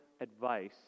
advice